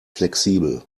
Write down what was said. flexibel